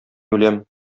үләм